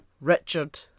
Richard